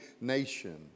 nation